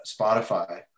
spotify